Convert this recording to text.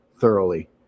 thoroughly